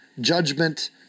Judgment